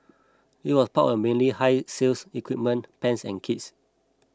this was power mainly higher sales equipment pans and kits